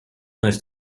nice